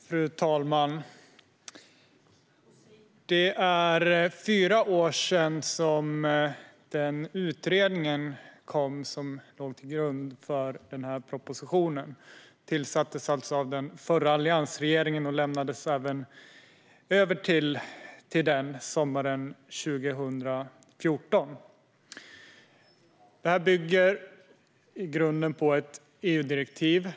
Fru talman! Det är fyra år sedan den utredning kom som ligger till grund för propositionen. Utredningen tillsattes alltså av den förra alliansregeringen, och dess förslag lämnades över till den sommaren 2014. Detta bygger i grunden på ett EU-direktiv.